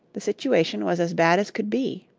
the situation was as bad as could be.